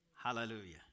Hallelujah